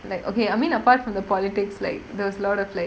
like okay I mean apart from the politics like those a lot of like